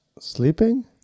Sleeping